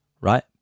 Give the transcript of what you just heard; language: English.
right